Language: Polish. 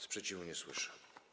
Sprzeciwu nie słyszę.